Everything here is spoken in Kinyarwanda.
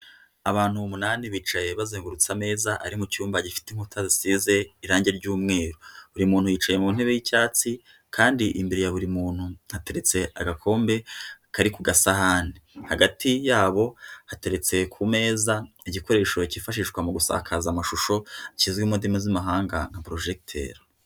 Abantu umunani bicaye bazengurutse ameza ari mu cyumba gifite inkuta zisize irangi ry'umweru. Buri muntu yicaye mu ntebe y'icyatsi, kandi imbere ya buri muntu hateretse agakombe kari ku gasahani. Hagati yabo hateretse ku meza igikoresho kifashishwa mu gusakaza amashusho kizwi mu ndimi z'amahanga nka projecteur.